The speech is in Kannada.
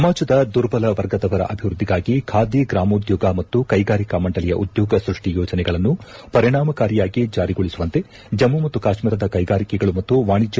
ಸಮಾಜದ ದುರ್ಬಲ ವರ್ಗದವರ ಅಭಿವೃದ್ಧಿಗಾಗಿ ಖಾದಿ ಗ್ರಾಮೋದ್ಯೋಗ ಮತ್ತು ಕೈಗಾರಿಕಾ ಮಂಡಳಿಯ ಉದ್ಯೋಗ ಸೃಷ್ಟಿ ಯೋಜನೆಗಳನ್ನು ಪರಿಣಾಮಕಾರಿಯಾಗಿ ಜಾರಿಗೊಳಿಸುವಂತೆ ಜಮ್ಮು ಮತ್ತು ಕಾಶ್ಟೀರದ ಕೈಗಾರಿಕೆಗಳು ಮತ್ತು ವಾಣಿಜ್ಯ